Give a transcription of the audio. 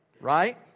Right